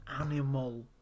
animal